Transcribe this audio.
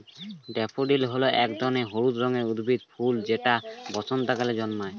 daffodil এক ধরনের হলুদ রঙের উদ্ভিদের ফুল যেটা বসন্তকালে জন্মায়